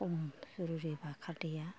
खम जुरुरिबा जायोब्ला खारदैया